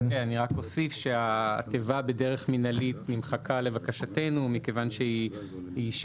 אני רק אוסיף שהתיבה "בדרך מינהלית" נמחקה לבקשתנו מכיוון שהיא אמנם